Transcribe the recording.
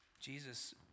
Jesus